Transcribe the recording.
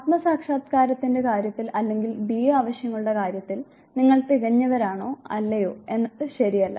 ആത്മസാക്ഷാത്കാരത്തിന്റെ കാര്യത്തിൽ അല്ലെങ്കിൽ ബി ആവശ്യങ്ങളുടെ കാര്യത്തിൽ നിങ്ങൾ തികഞ്ഞവരാണോ അല്ലയോ എന്നത് ശരിയല്ല